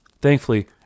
Thankfully